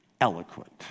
eloquent